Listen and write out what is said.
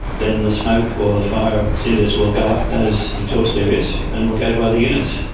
then the smoke or the fire cinders will go up those exhaust areas and will go to other units.